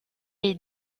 est